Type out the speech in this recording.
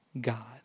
God